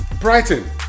Brighton